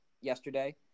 yesterday